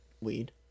weed